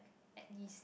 at least